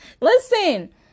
listen